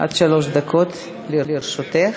עד שלוש דקות לרשותך.